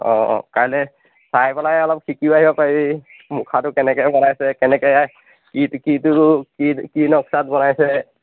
অঁ অঁ কাইলৈ চাই পেলাই অলপ শিকিও আহিব পাৰিবি মুখাটো কেনেকৈ বনাইছে কেনেকৈ কি কিটো কি কি নক্সাত বনাইছে